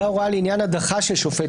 זו ההוראה לעניין הדחה של שופט.